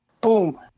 Boom